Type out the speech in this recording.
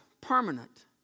permanent